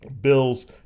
Bills